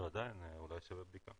עדיין, אולי זה שווה בדיקה.